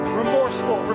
remorseful